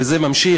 וזה ממשיך,